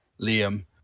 Liam